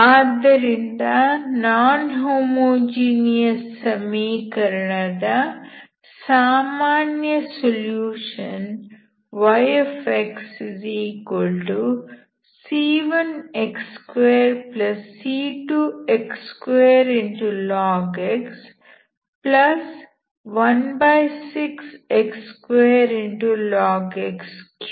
ಆದ್ದರಿಂದ non homogeneous ಸಮೀಕರಣದ ಸಾಮಾನ್ಯ solution yxc1x2c2x2log x 16x2log x 3 ಆಗಿದೆ